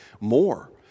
more